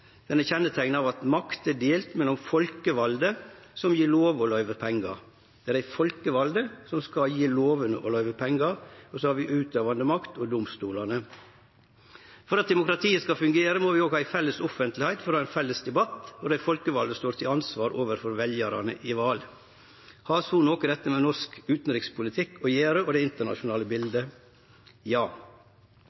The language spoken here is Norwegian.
er kjenneteikna av at makta er delt mellom folkevalde, som gjev lover og løyver pengar, den utøvande makta og domstolane. For at demokratiet skal fungere, må vi ha ei felles offentlegheit for å ha ein felles debatt. Dei folkevalde står til ansvar overfor veljarane i val. Har så dette noko med norsk utanrikspolitikk og det internasjonale biletet å gjere? Ja. Det vert ofte snakka, både i vårt land og i andre land, om veljarar som sviktar partia sine. Det